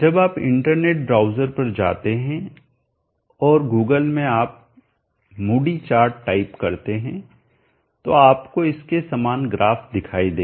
जब आप internet browser पर जाते हैं और गूगल में आप मूडी चार्ट टाइप करते हैं तो आपको इसके समान ग्राफ दिखाई देगा